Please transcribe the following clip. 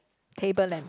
table lamp